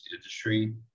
industry